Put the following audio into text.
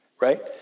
Right